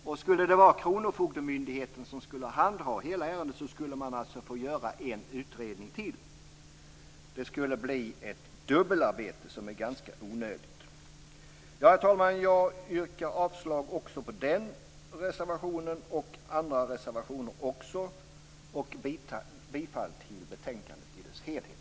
Om kronofogdemyndigheten skulle handha hela ärendet, skulle man alltså få göra en utredning till. Det skulle bli ett ganska onödigt dubbelarbete. Herr talman! Jag yrkar avslag på den reservationen liksom också på de andra reservationerna och bifall till utskottets hemställan i dess helhet.